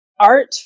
Art